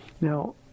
Now